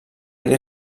dir